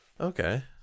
okay